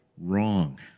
wrong